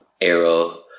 Arrow